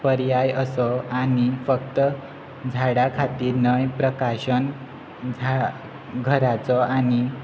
पर्याय असो आनी फक्त झाडा खातीर नय प्रकाशन झा घराचो आनी